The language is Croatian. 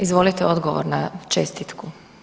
Izvolite odgovor na čestitku.